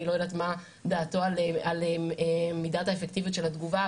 אני לא יודעת מה דעתו על מידת האפקטיביות של התגובה,